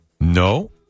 No